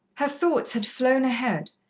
her thoughts had flown ahead,